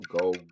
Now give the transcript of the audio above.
go